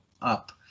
up